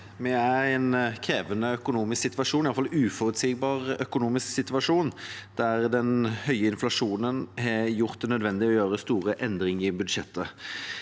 Vi er i en kre- vende økonomisk situasjon – i hvert fall en uforutsigbar økonomisk situasjon – der den høye inflasjonen har gjort det nødvendig å gjøre store endringer i budsjettet.